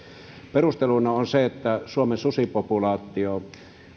perusteluna on se että suomen susipopulaatio